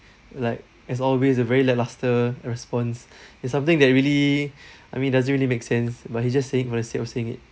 like as always a very lackluster response it's something that really I mean doesn't really make sense but he just saying for the sake of saying it